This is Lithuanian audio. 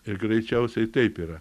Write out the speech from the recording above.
ir greičiausiai taip yra